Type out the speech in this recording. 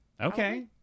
Okay